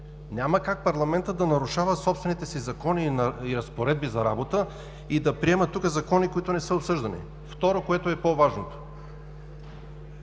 Няма как парламентът да нарушава собствените си закони и разпоредби за работа и да приема тук закони, които не са обсъждани. Второ, което е по-важното.